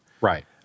Right